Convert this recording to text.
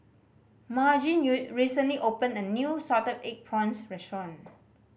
Margene recently opened a new salted egg prawns restaurant